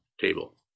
table